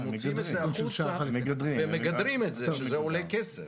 הם מוציאים את זה החוצה ומגדרים את זה שזה עולה כסף.